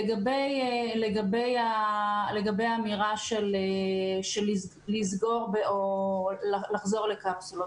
לגבי האמירה של סגירה או חזרה לקפסולות